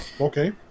Okay